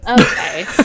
Okay